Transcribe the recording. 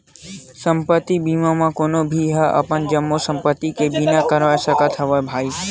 संपत्ति बीमा म कोनो भी मनखे ह अपन जम्मो संपत्ति के बीमा करवा सकत हवय भई